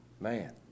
Man